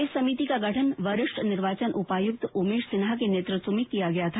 इस समिति का गठन वरिष्ठ निर्वाचन उपायुक्त उमेश सिन्हा के नेतृत्व में किया गया था